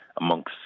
amongst